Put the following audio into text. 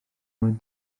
moyn